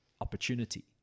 opportunity